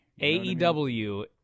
AEW